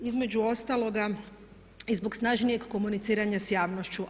Između ostalog i zbog snažnijeg komuniciranja s javnošću.